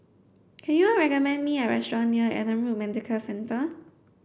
can you recommend me a restaurant near Adam Road Medical Centre